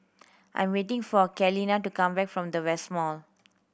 I'm waiting for Kaylene to come back from the West Mall